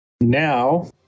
Now